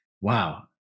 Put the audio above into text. wow